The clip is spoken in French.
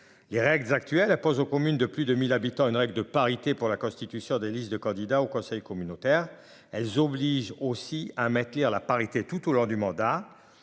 les règles actuelles posent aux communes de plus de 1000 habitants, une règle de parité pour la constitution des listes de candidats au conseil communautaire. Elles obligent aussi à Lire la parité tout lors du mandat.